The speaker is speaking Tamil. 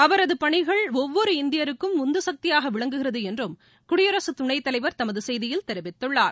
அவரதபணிகள் ஒவ்வொரு இந்தியருக்கும் உந்துசக்தியாகவிளங்குகிறதுஎன்றும் குடியரகதுணைத் தலைவர் தமதுசெய்தியில் தெரிவித்துள்ளார்